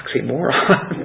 Oxymoron